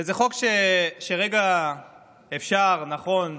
וזה חוק שאפשר, נכון וראוי,